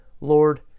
Lord